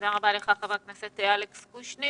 תודה רבה לך, חבר הכנסת אלכס קושניר.